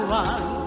one